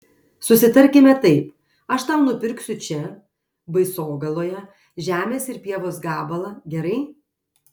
susitarkime taip aš tau nupirksiu čia baisogaloje žemės ir pievos gabalą gerai